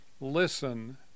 Listen